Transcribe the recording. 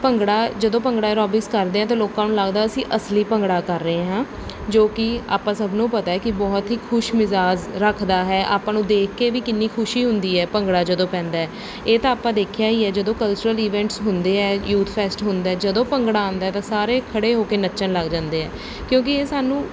ਭੰਗੜਾ ਜਦੋਂ ਭੰਗੜਾ ਐਰੋਬਿਕਸ ਕਰਦੇ ਹਾਂ ਤਾਂ ਲੋਕਾਂ ਨੂੰ ਲੱਗਦਾ ਅਸੀਂ ਅਸਲੀ ਭੰਗੜਾ ਕਰ ਰਹੇ ਹਾਂ ਜੋ ਕਿ ਆਪਾਂ ਸਭ ਨੂੰ ਪਤਾ ਕਿ ਬਹੁਤ ਹੀ ਖੁਸ਼ ਮਿਜ਼ਾਜ ਰੱਖਦਾ ਹੈ ਆਪਾਂ ਨੂੰ ਦੇਖ ਕੇ ਵੀ ਕਿੰਨੀ ਖੁਸ਼ੀ ਹੁੰਦੀ ਹੈ ਭੰਗੜਾ ਜਦੋਂ ਪੈਂਦਾ ਇਹ ਤਾਂ ਆਪਾਂ ਦੇਖਿਆ ਹੀ ਹੈ ਜਦੋਂ ਕਲਚਰਲ ਈਵੈਂਟਸ ਹੁੰਦੇ ਹੈ ਯੂਥ ਫੈਸਟ ਹੁੰਦਾ ਜਦੋਂ ਭੰਗੜਾ ਆਉਂਦਾ ਤਾਂ ਸਾਰੇ ਖੜ੍ਹੇ ਹੋ ਕੇ ਨੱਚਣ ਲੱਗ ਜਾਂਦੇ ਹੈ ਕਿਉਂਕਿ ਇਹ ਸਾਨੂੰ